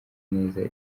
neza